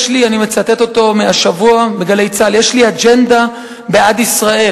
אני מצטט אותו מהשבוע ב"גלי צה"ל": יש לי אג'נדה בעד ישראל,